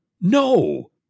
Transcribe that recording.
No